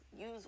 Use